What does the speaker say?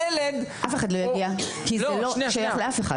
אף אחד לא יגיע כי זה לא שייך לאף אחד.